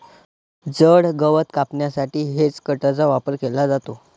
जड गवत कापण्यासाठी हेजकटरचा वापर केला जातो